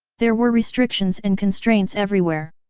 there were restrictions and constraints everywhere.